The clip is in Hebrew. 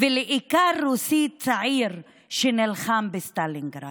ולאיכר רוסי צעיר שנלחם בסטלינגרד?